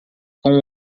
com